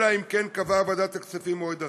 אלא אם כן קבעה ועדת הכספים מועד אחר.